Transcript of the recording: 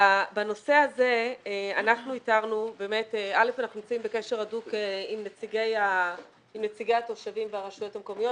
בנושא הזה אנחנו נמצאים בקשר הדוק עם נציגי התושבים והרשויות המקומיות,